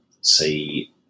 see